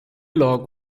log